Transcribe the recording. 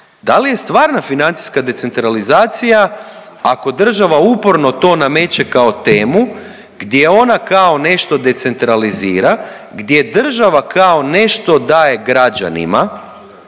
da li je stvarna financijska decentralizacija ako država uporno to nameće kao temu gdje ona kao nešto decentralizira, gdje država kao nešto daje građanima